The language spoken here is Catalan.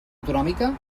autonòmica